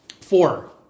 four